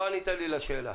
לא ענית לי על השאלה.